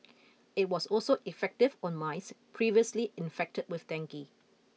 it was also effective on mice previously infected with dengue